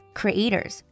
creators